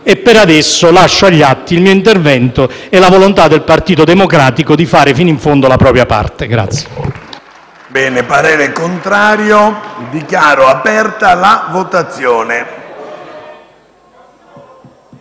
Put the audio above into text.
e per adesso lascio agli atti il mio intervento e la volontà del Partito Democratico di fare fino in fondo la propria parte